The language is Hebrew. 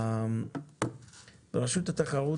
רשות התחרות,